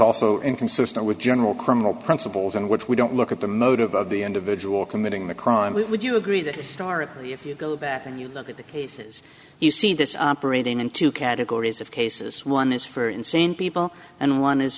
also inconsistent with general criminal principles in which we don't look at the motive of the individual committing the crime would you agree that historically if you go back and you look at the cases you see this operating in two categories of cases one is for insane people and one is